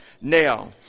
Now